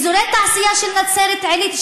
אזורי התעשייה של נצרת עילית,